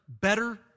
better